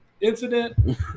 incident